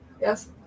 Yes